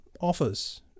offers